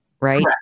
Right